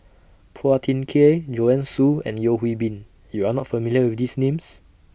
Phua Thin Kiay Joanne Soo and Yeo Hwee Bin YOU Are not familiar with These Names